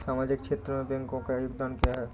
सामाजिक क्षेत्र में बैंकों का योगदान क्या है?